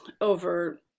over